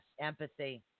Empathy